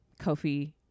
kofi